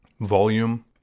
volume